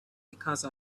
because